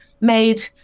made